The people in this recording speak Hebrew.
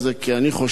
כי אני חושב